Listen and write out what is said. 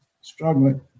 struggling